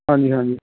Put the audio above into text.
ਹਾਂਜੀ ਹਾਂਜੀ